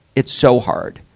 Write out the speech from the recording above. it's so hard.